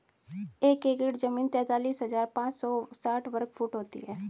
एक एकड़ जमीन तैंतालीस हजार पांच सौ साठ वर्ग फुट होती है